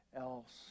else